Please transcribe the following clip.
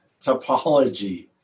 topology